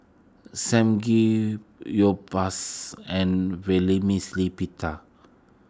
Samgeyopsal and Vermicelli Pita